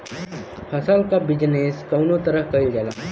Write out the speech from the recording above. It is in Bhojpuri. फसल क बिजनेस कउने तरह कईल जाला?